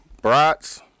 Brats